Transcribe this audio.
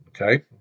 Okay